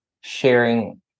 sharing